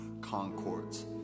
Concords